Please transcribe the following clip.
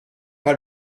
pas